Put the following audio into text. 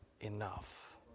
enough